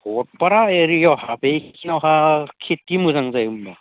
भकटपारा एरियायावहा बेखिनियावहा खेति मोजां जायो होनबा